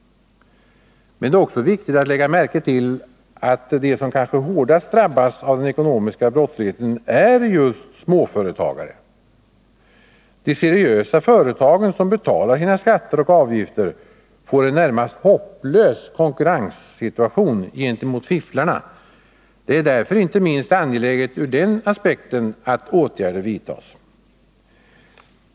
Men det är också viktigt att lägga märke till att de som kanske hårdast drabbas av den ekonomiska brottsligheten är just småföretagare. De seriösa företagen som betalar sina skatter och avgifter får en närmast hopplös konkurrenssituation gentemot fifflarna. Det är därför angeläget inte minst ur denna aspekt att åtgärder vidtages.